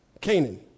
Canaan